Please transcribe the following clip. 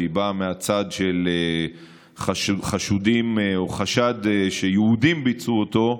כשהיא באה מהצד של חשודים או חשד שיהודים ביצעו אותה,